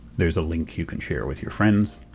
there's a link you can share with your friends.